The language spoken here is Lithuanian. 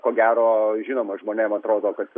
ko gero žinoma žmonėm atrodo kad